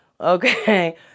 Okay